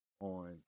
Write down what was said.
on